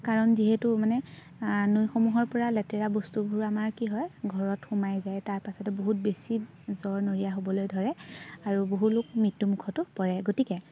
কাৰণ যিহেতু মানে নৈসমূহৰপৰা লেতেৰা বস্তুবোৰ আমাৰ কি হয় ঘৰত সোমাই যায় তাৰপাছতে বহুত বেছি জ্বৰ নৰিয়া হ'বলৈ ধৰে আৰু বহু লোক মৃত্যুমুখতো পৰে গতিকে